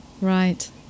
right